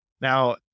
Now